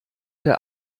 der